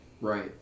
Right